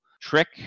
trick